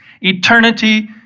Eternity